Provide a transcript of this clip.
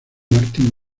martin